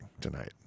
tonight